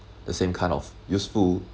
the same kind of useful